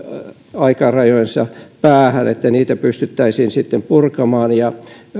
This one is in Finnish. aikarajojensa päähän niin että niitä pystyttäisiin sitten purkamaan ja